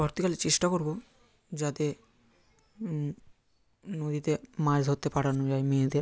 পরবর্তীকালে চেষ্টা করবো যাতে নদীতে মাছ ধরতে পাঠানো যায় মেয়েদের